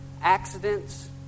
accidents